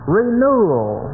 renewal